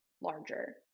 larger